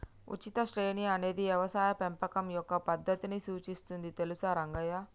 ఉచిత శ్రేణి అనేది యవసాయ పెంపకం యొక్క పద్దతిని సూచిస్తుంది తెలుసా రంగయ్య